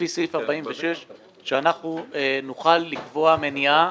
גפני --- אני מוכרח אני הצעתי לך עימות --- רועי,